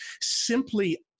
simply